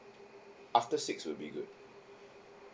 after six will be good